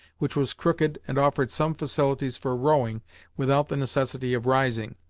which was crooked and offered some facilities for rowing without the necessity of rising.